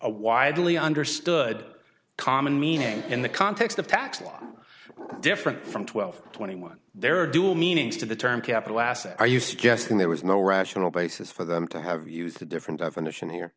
widely understood common meaning in the context of tax law different from twelve twenty one there are dual meanings to the term capital asset are you suggesting there was no rational basis for them to have used a different definition here